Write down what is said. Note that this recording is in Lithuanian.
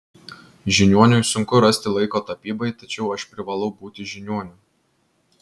žiniuoniui sunku rasti laiko tapybai tačiau aš privalau būti žiniuoniu